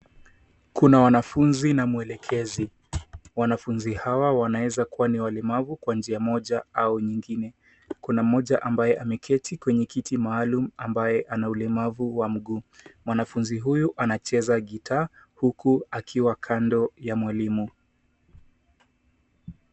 Kuna wanafunzi na muelekezi. Wanafunzi hawa wanaweza kuwa ni walemavu kwa njia moja au nyingine. Kuna mmoja ambaye ameketi kwenye kiti maaluma ambaye ana ulemavu wa mguu. Mwanafunzi huyu anacheza gitaa huku akiwa kando ya mwalimu.